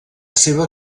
seva